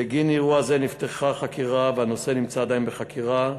בגין אירוע זה נפתחה חקירה והנושא נמצא עדיין בחקירה.